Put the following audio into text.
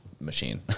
machine